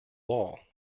wall